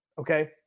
okay